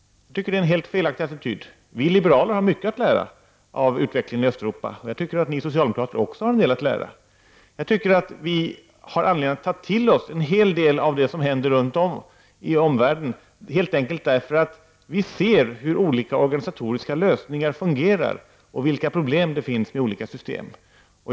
Jag tycker att det är en helt felaktig attityd. Vi liberaler har mycket att lära av utvecklingen i Östeuropa. Jag tycker att ni socialdemokrater också har en del att lära. Vi har nog anledning att ta till oss en hel del av det som händer i omvärlden helt enkelt därför att vi ser hur olika organisatoriska lösningar fungerar och vilka problem som finns med olika system.